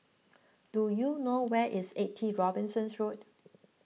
do you know where is eighty Robinson's Road